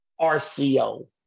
RCO